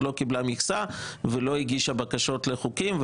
לא קיבלה מכסה ולא הגישה בקשות לחוקים,